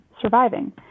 surviving